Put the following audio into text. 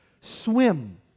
swim